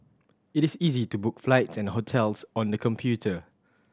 it is easy to book flights and hotels on the computer